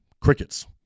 Crickets